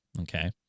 Okay